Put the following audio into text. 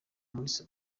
muri